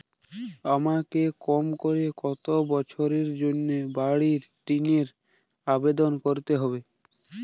আমাকে কম করে কতো বছরের জন্য বাড়ীর ঋণের জন্য আবেদন করতে হবে?